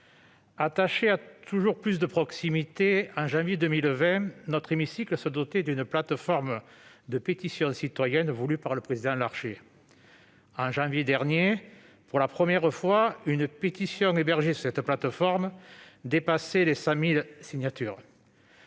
attaché à toujours plus de proximité, notre hémicycle se dotait en janvier 2020 d'une plateforme de pétitions citoyennes voulue par le président Larcher. En janvier dernier, pour la première fois, une pétition hébergée sur cette plateforme dépassait les 100 000 signatures,